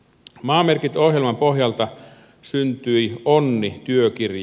maamerkit ohjelman pohjalta syntyi onni työkirja